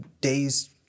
days